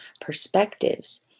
perspectives